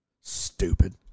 Stupid